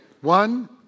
one